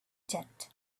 tent